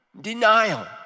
denial